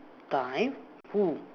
die who